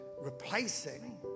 replacing